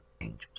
angels